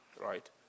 Right